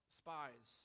spies